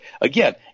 Again